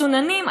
מצוננים,